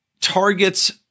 Target's